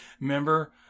Remember